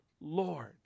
Lord